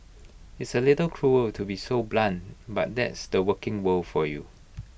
it's A little cruel to be so blunt but that's the working world for you